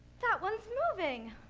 that one's moving.